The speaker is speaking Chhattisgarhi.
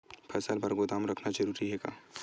फसल बर गोदाम रखना जरूरी हे का?